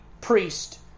priest